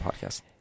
podcast